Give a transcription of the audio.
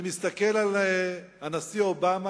אני מסתכל על הנשיא אובמה,